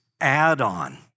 add-on